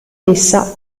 essa